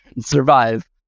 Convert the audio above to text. survive